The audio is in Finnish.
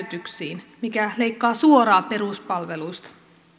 valtionosuuksien jäädytyksiin mikä leikkaa suoraan peruspalveluista